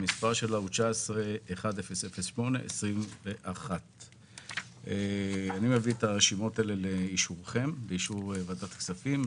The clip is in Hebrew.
שהמספר שלה הוא 19100821. אני מביא את הרשימות לאישור ועדת הכספים.